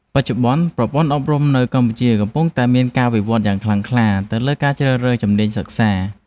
បច្ចុប្បន្ន ប្រព័ន្ធអប់រំនៅកម្ពុជាកំពុងតែមានការវិវត្តយ៉ាងខ្លាំងក្លាទៅលើការជ្រើសរើសជំនាញសិក្សា។